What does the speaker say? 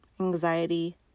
anxiety